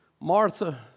Martha